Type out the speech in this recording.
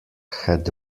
had